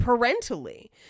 parentally